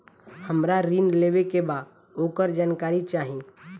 हमरा ऋण लेवे के बा वोकर जानकारी चाही